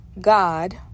God